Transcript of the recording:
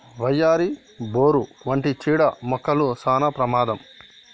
వయ్యారి, బోరు వంటి చీడ మొక్కలు సానా ప్రమాదం